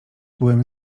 byłem